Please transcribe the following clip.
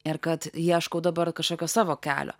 ir kad ieškau dabar kažkokio savo kelio